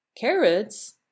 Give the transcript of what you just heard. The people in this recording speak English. Carrots